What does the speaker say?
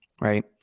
right